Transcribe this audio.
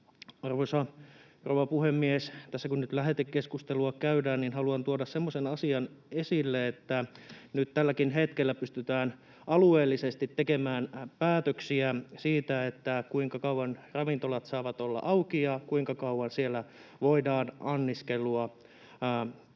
rouva puhemies! Tässä, kun nyt lähetekeskustelua käydään, haluan tuoda semmoisen asian esille, että nyt tälläkin hetkellä pystytään alueellisesti tekemään päätöksiä siitä, kuinka kauan ravintolat saavat olla auki ja kuinka kauan siellä voidaan anniskelua pitää.